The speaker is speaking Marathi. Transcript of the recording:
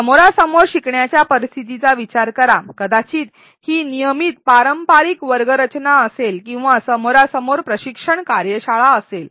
समोरासमोर शिकण्याच्या परिस्थितीचा विचार करा कदाचित ही नियमित पारंपारिक वर्ग रचना असेल किंवा समोरासमोर प्रशिक्षण कार्यशाळा असेल